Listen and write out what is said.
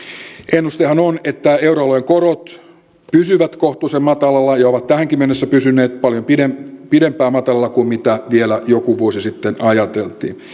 ennustehan on että euroalueen korot pysyvät kohtuullisen matalalla ja ovat tähänkin mennessä pysyneet paljon pidempään pidempään matalalla kuin mitä vielä joku vuosi sitten ajateltiin